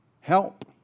help